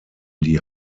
die